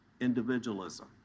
individualism